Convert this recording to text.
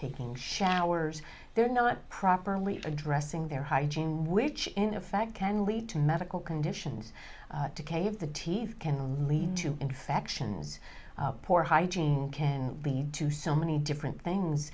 taking showers they're not properly addressing their hygiene which in effect can lead to medical conditions to cave the teeth can lead to infections poor hygiene can be to so many different things